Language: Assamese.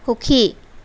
সুখী